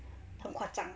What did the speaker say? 很夸张